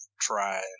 try